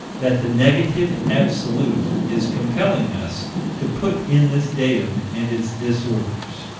that the negative absolute is compelling us to put in this datum and its disorders.